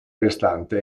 restante